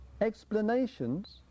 Explanations